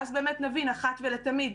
ואז באמת נבין אחת ולתמיד.